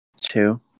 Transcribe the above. two